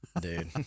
Dude